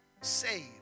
saved